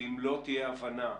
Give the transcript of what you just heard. ואם לא תהיה הבנה,